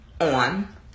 on